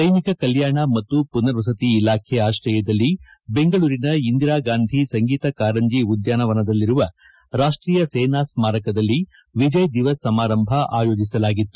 ಸೈನಿಕ ಕಲ್ಮಾಣ ಮತ್ತು ಪುನರ್ವಸತಿ ಇಲಾಖೆ ಆಕ್ರಯದಲ್ಲಿ ಬೆಂಗಳೂರಿನ ಇಂದಿರಾ ಗಾಂಧಿ ಸಂಗೀತ ಕಾರಂಜಿ ಉದ್ಯಾನವನದಲ್ಲಿರುವ ರಾಷ್ಟೀಯ ಸೇನಾ ಸ್ನಾರಕದಲ್ಲಿ ವಿಜಯ್ ದಿವಸ ಸಮಾರಂಭ ಆಯೋಜಿಸಲಾಗಿತ್ತು